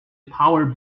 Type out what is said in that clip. power